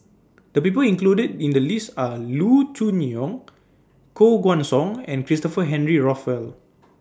The People included in The list Are Loo Choon Yong Koh Guan Song and Christopher Henry Rothwell